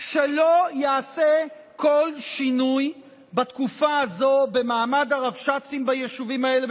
שלא ייעשה כל שינוי בתקופה הזו במעמד הרבש"צים ביישובים האלה,